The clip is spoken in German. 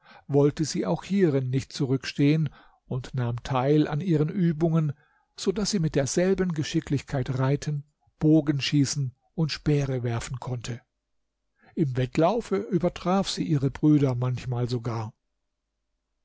wollte sie auch hierin nicht zurückstehen und nahm teil an ihren übungen so daß sie mit derselben geschicklichkeit reiten bogen schießen und speere werfen konnte im wettlaufe übertraf sie ihre brüder manchmal sogar